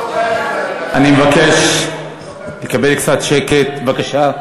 אני מבקש לקבל קצת שקט, בבקשה.